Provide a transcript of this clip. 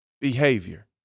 behavior